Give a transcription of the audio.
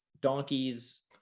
donkeys